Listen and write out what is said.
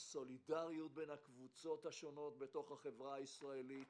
סולידריות בין הקבוצות השונות בתוך החברה הישראלית